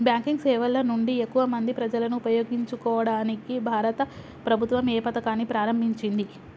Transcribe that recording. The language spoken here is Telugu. బ్యాంకింగ్ సేవల నుండి ఎక్కువ మంది ప్రజలను ఉపయోగించుకోవడానికి భారత ప్రభుత్వం ఏ పథకాన్ని ప్రారంభించింది?